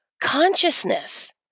consciousness